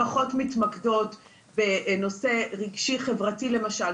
פחות מתמקדות בנושא רגשי חברתי למשל,